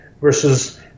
versus